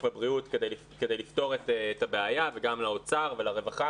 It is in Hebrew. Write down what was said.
למשרד הבריאות כדי לפתור את הבעיה וגם לאוצר ולרווחה.